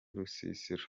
rusisiro